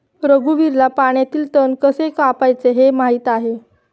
रघुवीरला पाण्यातील तण कसे कापायचे हे माहित आहे